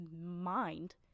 mind